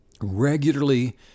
regularly